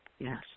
Yes